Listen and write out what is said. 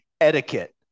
etiquette